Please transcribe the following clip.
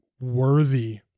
worthy